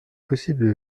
possible